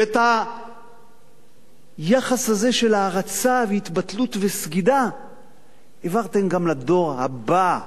ואת היחס הזה של הערצה והתבטלות וסגידה העברתם גם לדור הבא.